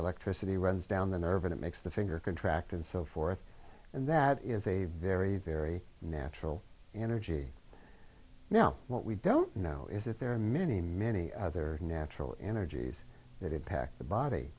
electricity runs down the nerve it makes the finger contract and so forth and that is a very very natural energy now what we don't know is that there are many many other natural energies that impact the body